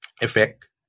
effect